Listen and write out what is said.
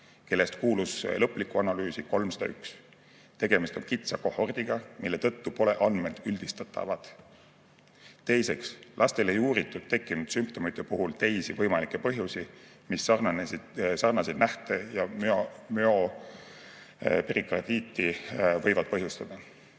kellest kuulus lõpliku analüüsi gruppi 301. Tegemist on kitsa kohordiga, mille tõttu pole andmed üldistatavad. Teiseks, lastel ei uuritud tekkinud sümptomite puhul teisi võimalikke põhjusi, mis sarnaseid nähte ja müoperikardiiti võivad põhjustada.